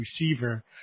receiver